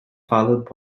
followed